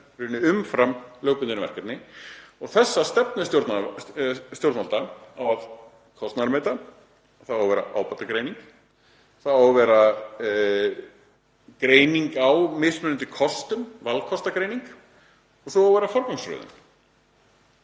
umfram lögbundin verkefni og þessa stefnu stjórnvalda á að kostnaðarmeta. Það á að vera ábatagreining. Það á að vera greining á mismunandi kostum, valkostagreining, og svo á að vera forgangsröðun.